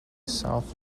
south